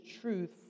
truth